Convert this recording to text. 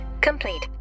complete